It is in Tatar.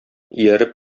ияреп